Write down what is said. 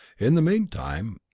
in the meantime,